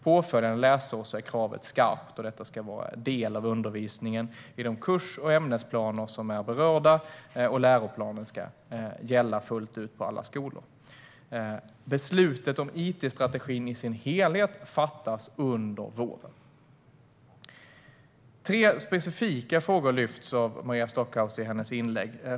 Påföljande läsår är kravet skarpt; detta ska då vara en del av undervisningen i de kurs och ämnesplaner som är berörda, och läroplanen ska gälla fullt ut på alla skolor. Beslutet om it-strategin i sin helhet fattas under våren. Maria Stockhaus lyfter fram tre specifika frågor i sitt inlägg.